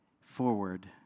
forward